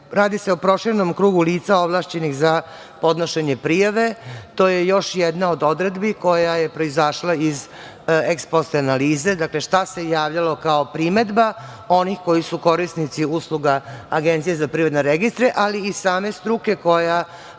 radi se o proširenom krugu lica ovlašćenih za podnošenje prijave. To je još jedna od odredbi koja je proizašla iz eks-post analize, dakle, šta se javljalo kao primedba onih koji su korisnici usluga APR, ali i same struke koja